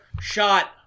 shot